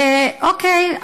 אוקיי,